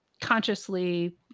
consciously